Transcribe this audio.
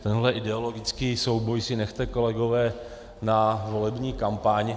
Tenhle ideologický souboj si nechte, kolegové, na volební kampaň.